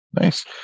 Nice